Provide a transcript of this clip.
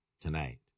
tonight